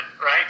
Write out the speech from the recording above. right